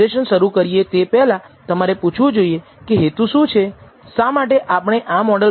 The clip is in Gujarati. જ્યારે σ2 એરરની ભિન્નતાને રજૂ કરે છે જે આશ્રિત ચલ y ને બગાડે છે